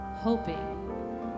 hoping